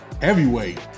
heavyweight